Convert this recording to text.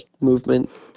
movement